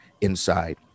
inside